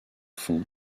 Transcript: fond